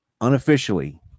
unofficially